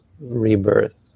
rebirth